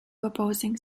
opposing